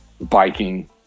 biking